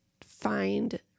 find